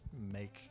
make